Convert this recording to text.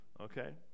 okay